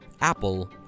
Apple